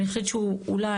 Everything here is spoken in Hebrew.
אני חושבת שהוא אולי,